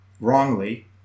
wrongly